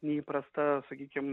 neįprasta sakykim